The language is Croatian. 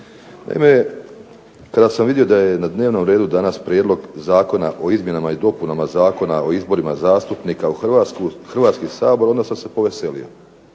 Naime, kada sam vidio da je na dnevnom redu danas Prijedlog Zakona o izmjenama i dopunama Zakona o izborima zastupnika u Hrvatski sabor, onda sam se poveselio.